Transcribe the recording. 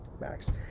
max